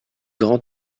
grand